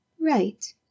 Right